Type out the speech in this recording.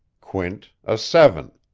quint a seven.